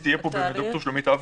תהיה פה אחר כך ד"ר שלומית אבני,